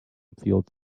field